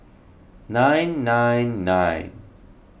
nine nine nine